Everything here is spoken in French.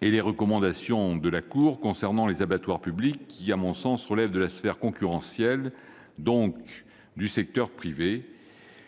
et les recommandations de la Cour s'agissant des abattoirs publics, qui relèvent à mon sens de la sphère concurrentielle, donc du secteur privé.